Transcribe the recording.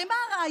הרי מה הרעיון?